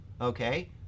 okay